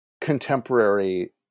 contemporary